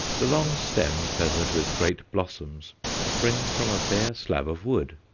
the long stem feathered with great blossoms springs from a bare slab of wood.